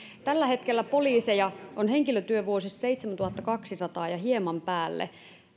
tällä hetkellä poliiseja on henkilötyövuosissa seitsemäntuhattakaksisataa ja hieman päälle